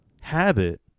habit